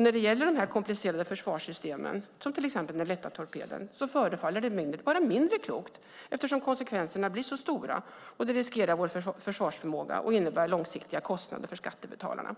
När det gäller dessa komplicerade försvarssystemen, till exempel den lätta torpeden, förefaller det vara mindre klokt eftersom konsekvenserna blir så stora och det riskerar vår försvarsförmåga och innebär långsiktiga kostnader för skattebetalarna.